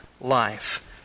life